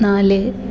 നാല്